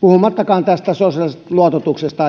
puhumattakaan sosiaalisesta luototuksesta